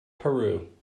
peru